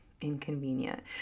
inconvenient